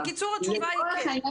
בקיצור, התשובה לשאלה שלי היא כן.